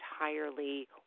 entirely